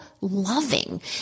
loving